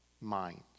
minds